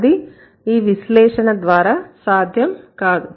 అది ఈ విశ్లేషణ ద్వారా సాధ్యం కాదు